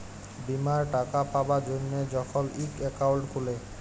বীমার টাকা পাবার জ্যনহে যখল ইক একাউল্ট খুলে